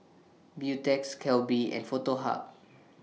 Beautex Calbee and Foto Hub